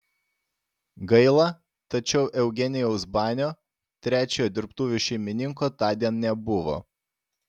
gaila tačiau eugenijaus banio trečiojo dirbtuvių šeimininko tądien nebuvo